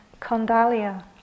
Kondalia